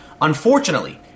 Unfortunately